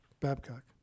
Babcock